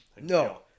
No